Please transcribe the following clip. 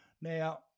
Now